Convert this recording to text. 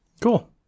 cool